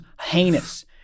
heinous